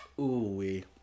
Ooh-wee